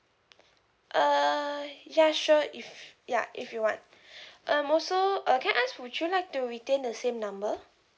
uh ya sure if ya if you want um also uh can I ask would you like to retain the same number